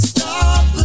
Stop